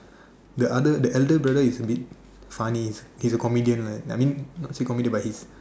the other the elder is abit funny his a comedian like I mean not say comedian but his